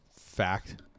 fact